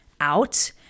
out